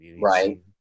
right